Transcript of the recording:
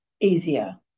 easier